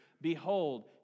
Behold